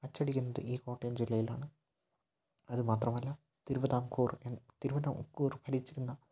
അച്ചടിക്കുന്നത് ഈ കോട്ടയം ജില്ലയിലാണ് അതു മാത്രമല്ല തിരുവിതാംകൂർ തിരുവിതാംകൂർ ഭരിച്ചിരുന്ന